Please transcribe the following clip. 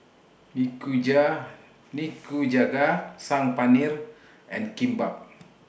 Nikuja Nikujaga Saag Paneer and Kimbap